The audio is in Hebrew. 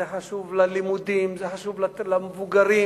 זה חשוב ללימודים, זה חשוב למבוגרים.